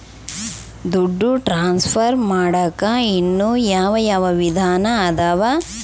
ದುಡ್ಡು ಟ್ರಾನ್ಸ್ಫರ್ ಮಾಡಾಕ ಇನ್ನೂ ಯಾವ ಯಾವ ವಿಧಾನ ಅದವು?